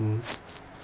mmhmm